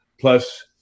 plus